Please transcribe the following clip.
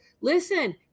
Listen